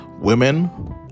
women